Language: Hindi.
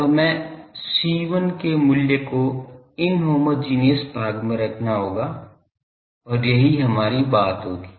अब हमें C1 के मूल्य को इनहोमोजेनियस भाग में रखना होगा और यही हमारी बात होगी